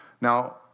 Now